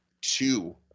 two